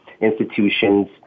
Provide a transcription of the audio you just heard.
institutions